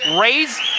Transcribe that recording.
Raise